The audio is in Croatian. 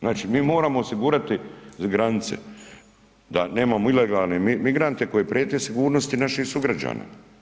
Znači mi moramo osigurati granice da nemamo ilegalne migrante koji prijete sigurnosti naših sugrađana.